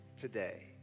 today